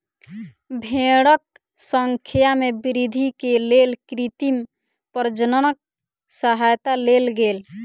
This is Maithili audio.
भेड़क संख्या में वृद्धि के लेल कृत्रिम प्रजननक सहयता लेल गेल